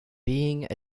being